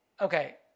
Okay